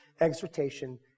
exhortation